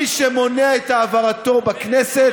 מי שמונע את העברתו בכנסת,